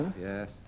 yes